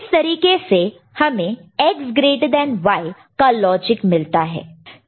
इस तरीके से हमें X ग्रेटर देन Y का लॉजिक मिलता है